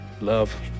Love